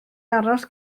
aros